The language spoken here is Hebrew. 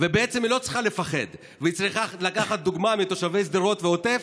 ובעצם היא לא צריכה לפחד והיא צריכה לקחת דוגמה מתושבי שדרות והעוטף,